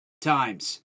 times